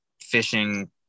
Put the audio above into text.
fishing